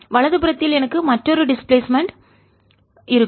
வலது புறத்தில் எனக்கு மற்றொரு டிஸ்பிளேஸ்மென்ட் இடப்பெயர்ச்சி இருக்கும்